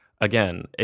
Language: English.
Again